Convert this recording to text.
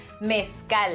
mezcal